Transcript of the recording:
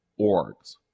orgs